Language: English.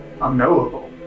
unknowable